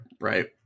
right